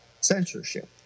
censorship